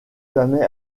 jamais